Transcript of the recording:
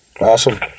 Awesome